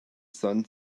sun